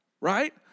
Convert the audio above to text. right